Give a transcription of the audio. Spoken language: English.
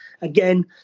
again